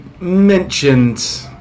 mentioned